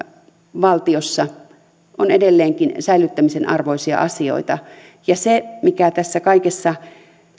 valtiossa ovat edelleenkin säilyttämisen arvoisia asioita se mikä tässä kaikessa